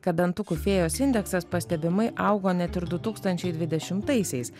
kad dantukų fėjos indeksas pastebimai augo net ir du tūkstančiai dvidešimtaisiais